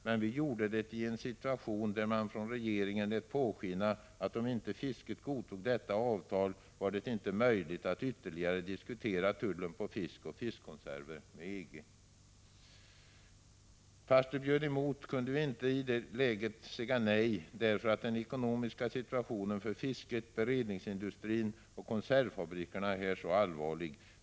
Men vi gjorde det i en situation där man från regeringen lät påskina att om inte fisket godtog detta avtal var det inte möjligt att ytterligare diskutera tullar på fisk och fiskkonserver med EG. Fast det bjöd emot kunde vi i det läget inte säga nej därför att den ekonomiska situationen för fisket, beredningsindustrin och konservfabrikerna är så allvarlig.